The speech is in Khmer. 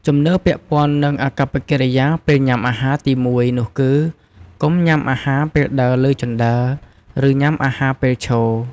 ជំនឿពាក់ព័ន្ធនឹងអាកប្បកិរិយាពេលញ៉ាំអាហារទីមួយ នោះគឺកុំញ៉ាំអាហារពេលដើរលើជណ្ដើរ ឬញ៉ាំអាហារពេលឈរ។